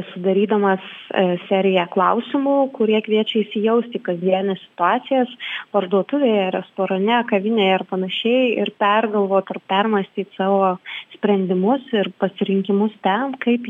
sudarydamas seriją klausimų kurie kviečia įsijausti į kasdienes situacijas parduotuvėje restorane kavinėje ar panašiai ir pergalvot ar permąstyt savo sprendimus ir pasirinkimus ten kaip